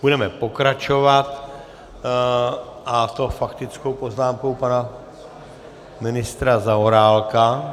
Budeme pokračovat, a to faktickou poznámkou pana ministra Zaorálka.